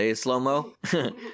slow-mo